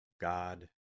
God